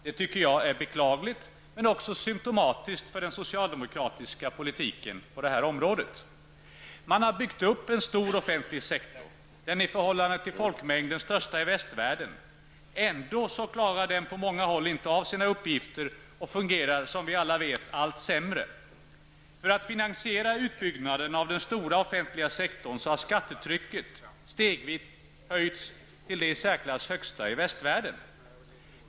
Det tycker jag är beklagligt, men också symtomatiskt för den socialdemokratiska politiken på det här området. Man har byggt upp en stor offentlig sektor, den i förhållande till folkmängden största i västvärlden. Ändå klarar den på många håll inte av sina uppgifter och fungerar -- som vi alla vet -- allt sämre. För att finansiera utbyggnaden av den stora offentliga sektorn har skattetrycket stegvis höjts till det i särklass högsta i västvärlden.